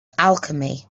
alchemy